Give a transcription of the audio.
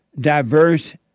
diverse